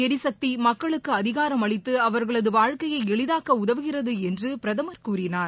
எரிசக்திமக்களுக்குஅதிகாரம் அளித்து அவர்களதுவாழ்க்கையைஎளிதாக்கஉதவுகிறதுஎன்றுபிரதமர் கூறினார்